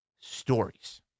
Stories